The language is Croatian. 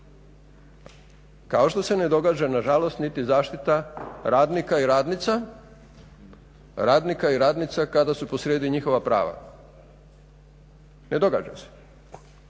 kao što se ne događa nažalost niti zaštita radnika i radnica kada su posrijedi njihova prava. Ne događa se,